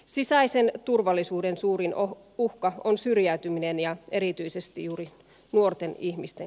sisäisen turvallisuuden suurin uhka on syrjäytyminen ja erityisesti juuri nuorten ihmisten